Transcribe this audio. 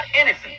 innocent